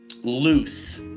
loose